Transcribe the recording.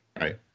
Right